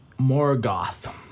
Morgoth